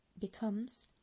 becomes